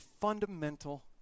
fundamental